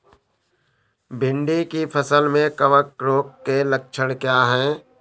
भिंडी की फसल में कवक रोग के लक्षण क्या है?